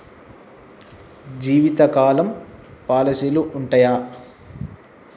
జీవితకాలం పాలసీలు ఉంటయా?